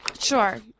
Sure